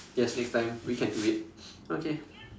guess next time we can do it okay